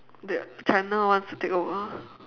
the china wants to take over